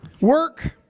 Work